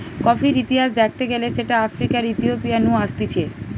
কফির ইতিহাস দ্যাখতে গেলে সেটা আফ্রিকার ইথিওপিয়া নু আসতিছে